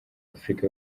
afurika